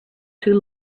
too